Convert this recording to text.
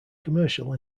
commercial